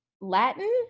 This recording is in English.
Latin